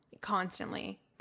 Constantly